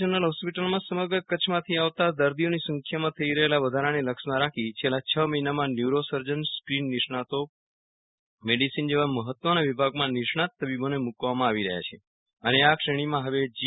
general હોસ્પિટલમાં સમગ્ર કચ્છમાંથી આવતા દર્દીઓની સંખ્યામાં થઇ રહેલા વધારાને લક્ષમાં રાખી છેલ્લા છ મહિનામાં ન્યૂરો સર્જન સ્કીન નિષ્ણાતો પીડો ડેન્ટિસ્ટ મેડિસીન જેવા મહત્ત્વના વિભાગમાં નિષ્ણાત તબીબોને મૂકવામાં આવી રહ્યા છે અને આ શ્રેણીમાં હવે જી